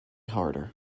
harder